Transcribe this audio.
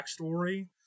backstory